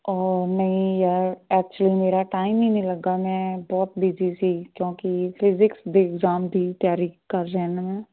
ਓ ਨਹੀਂ ਯਾਰ ਐਚੁਲੀ ਮੇਰਾ ਟਾਈਮ ਹੀ ਨਹੀਂ ਲੱਗਾ ਮੈਂ ਬਹੁਤ ਬਿਜ਼ੀ ਸੀ ਕਿਉਂਕਿ ਫਿਜਿਕਸ ਦੇ ਇਗਜਾਮ ਦੀ ਤਿਆਰੀ ਕਰ ਰਹੇ ਨੇ ਮੈਂ